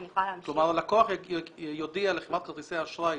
לקוח יודיע לחברת כרטיסי האשראי,